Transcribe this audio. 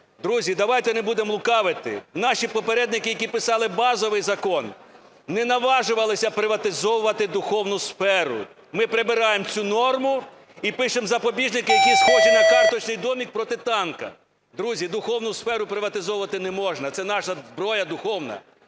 Друзі, давайте не будемо лукавити, наші попередники, які писали базовий закон, не наважувалися приватизовувати духовну сферу. Ми прибираємо цю норму і пишемо запобіжники, які схожі на карточный домик проти танка. Друзі, духовну сферу приватизовувати не можна. Це наша зброя духовна.